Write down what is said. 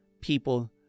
people